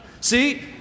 See